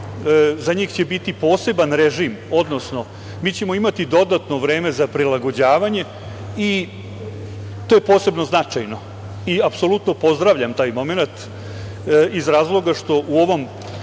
oblasti će biti poseban režim, odnosno mi ćemo imati dodatno vreme za prilagođavanje, i to je posebno značajno, i apsolutno pozdravljam taj momenat iz razloga što u ovom